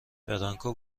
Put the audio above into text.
برانکو